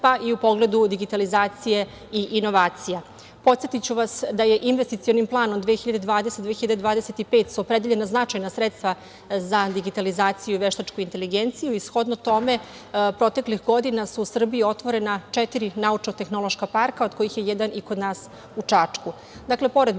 pa i u pogledu digitalizacije i inovacija. Podsetiću vas da su investicionim planom 2020/2025 opredeljena značajna sredstva za digitalizaciju i veštačku inteligenciju. Shodno tome, proteklih godina su u Srbiji otvorena četiri naučno-tehnološka parka, od kojih je jedan i kod nas u Čačku.